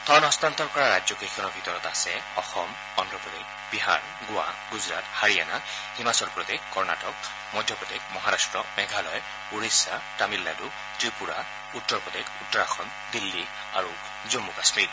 ধন হস্তান্তৰ কৰা ৰাজ্যকেইখনৰ ভিতৰত আছে অসম অন্ধপ্ৰদেশ বিহাৰ গোৱা গুজৰাট হাৰিয়ানা হিমাচল প্ৰদেশ কৰ্ণটক মধ্যপ্ৰদেশ মহাৰাট্ট মেধালয় ওড়িশা তামিলনাডু ত্ৰিপুৰা উত্তৰ প্ৰদেশ উত্তৰাখণ্ড দিল্লী আৰু জম্ম কাশ্মীৰ